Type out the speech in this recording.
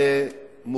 זה לא מה שאמרתי בוועדה.